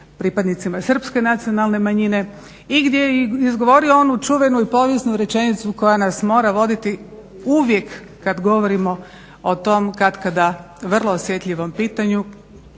pripadnicima Srpske nacionalne manjine i gdje je izgovorio onu čuvenu i povijesnu rečenicu koja nas mora voditi uvijek kad govorimo o tom katkada vrlo osjetljivom pitanju,